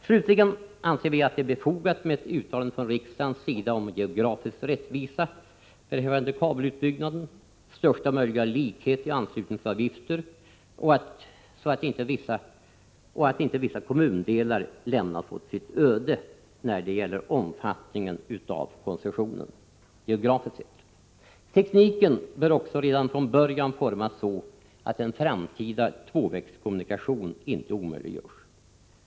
Slutligen anser vi att det är befogat med ett uttalande från riksdagens sida om geografisk rättvisa beträffande kabelutbyggnaden, största möjliga likhet i anslutningsavgifter, och att inte vissa kommundelar lämnas åt sitt öde när det gäller omfattningen av koncessionen geografiskt sett. Tekniken bör också redan från början formas så, att en framtida tvåvägskommunikation inte omöjliggörs.